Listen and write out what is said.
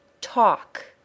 talk